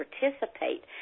participate